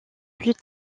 plus